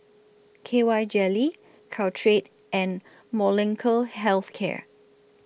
K Y Jelly Caltrate and Molnylcke Health Care